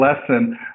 lesson